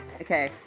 Okay